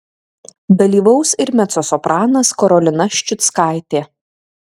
dalyvaus ir mecosopranas karolina ščiuckaitė